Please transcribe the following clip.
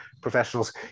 professionals